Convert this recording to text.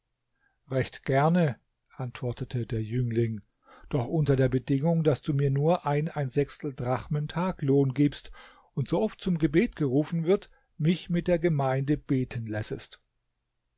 recht gerne antwortete der jüngling doch unter der bedingung daß du mir nur drachmen taglohn gibst und sooft zum gebet gerufen wird mich mit der gemeinde beten lässest